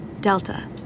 Delta